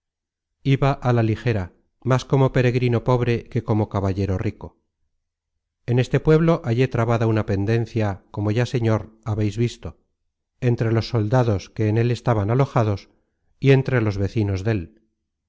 iba á la ligera más como peregrino pobre que como caballero rico en este pueblo hallé trabada una pendencia como ya señor habeis visto entre los soldados que en él estaban alojados y entre los vecinos dél